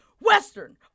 Western